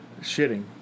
Shitting